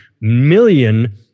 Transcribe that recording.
million